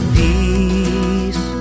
peace